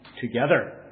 Together